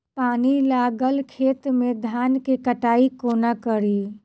पानि लागल खेत मे धान केँ कटाई कोना कड़ी?